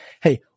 Hey